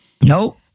Nope